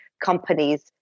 companies